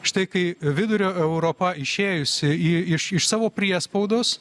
štai kai vidurio europa išėjusi iš iš savo priespaudos